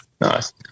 Nice